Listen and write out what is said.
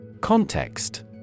Context